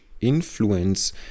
influence